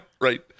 right